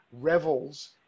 revels